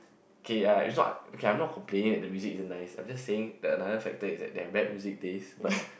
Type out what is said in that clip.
okay uh is not okay I'm not complaining that the music isn't even nice I'm just saying the another factor is that they have bad music taste but